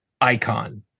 icon